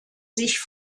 sich